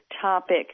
topic